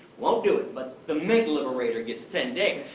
won't do it. but, the mink liberator gets ten days.